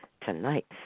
tonight